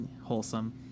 Wholesome